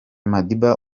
madiba